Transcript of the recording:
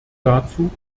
dazu